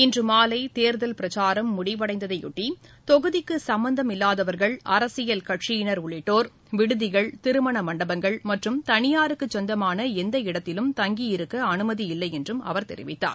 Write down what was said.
இன்றுமாலைதேர்தல் பிரச்சாரம் முடிவடைந்ததையொட்டி தொகுதிக்குசம்பந்தமில்வாதவர்கள் அரசியல் கட்சியினர் உள்ளிட்டோர் விடுதிகள் திருமணமண்டபங்கள் மற்றும் தனியாருக்குசொந்தமானஎந்த இடத்திலும் தங்கியிருக்கஅனுமதி இல்லைஎன்றும் அவர் தெரிவித்தார்